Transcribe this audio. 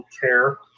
care